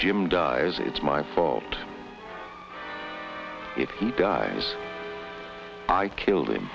jim dies it's my fault if he dies i killed him